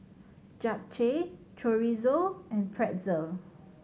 Japchae Chorizo and Pretzel